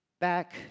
Back